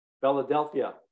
Philadelphia